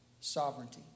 sovereignty